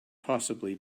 possibly